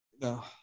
No